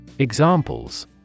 examples